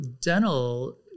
dental